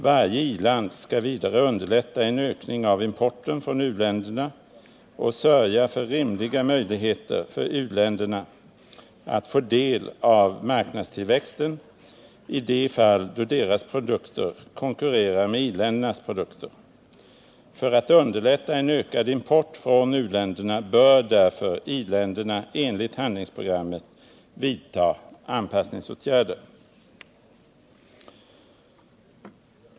Varje i-land skall vidare underlätta en ökning av importen från u-länderna och sörja för rimliga möjligheter för u-länderna att få del av marknadstillväxten i de fall då deras produkter konkurrerar med i-ländernas. För att underlätta en ökning av importen från u-länderna bör därför i-länderna enligt handlingsprogrammet vidta anpassningsåtgärder.